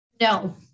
No